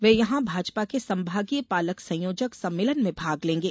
वे यहां भाजपा के संभागीय पालक संयोजक सम्मेलन में भाग लेंगे